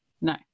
No